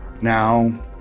Now